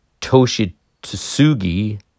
Toshitsugi